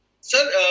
Sir